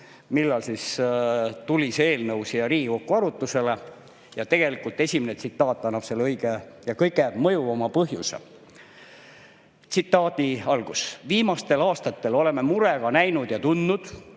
millal tuli see eelnõu siia Riigikokku arutusele, ja tegelikult esimene tsitaat annab selle õige ja kõige mõjuvama põhjuse. Tsitaadi algus: "Viimastel aastatel oleme murega näinud ja tundnud,